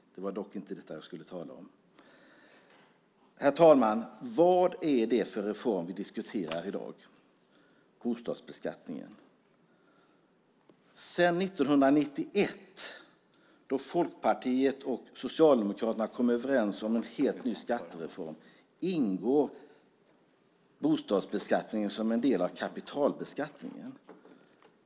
Det var dock inte detta jag skulle tala om. Herr talman! Vad är det för reform vi diskuterar i dag? Det handlar om bostadsbeskattningen. Sedan 1991, då Folkpartiet och Socialdemokraterna kom överens om en helt ny skattereform, ingår bostadsbeskattningen som en del av kapitalbeskattningen.